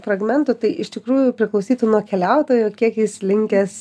fragmentų tai iš tikrųjų priklausytų nuo keliautojo ir kiek jis linkęs